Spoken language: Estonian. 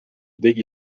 tegi